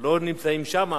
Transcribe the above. לא נמצאים שם,